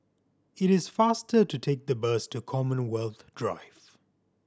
it is faster to take the bus to Commonwealth Drive